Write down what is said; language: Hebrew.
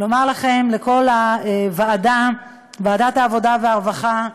ולומר לכם, לכל הוועדה, ועדת העבודה והרווחה,